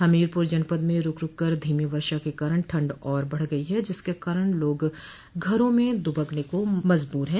हमीरपूर जनपद में रूक रूक कर धीमी वर्षा के कारण ठंड और बढ़ गई है जिसके कारण लोग घरों में दुबकने को मजबूर है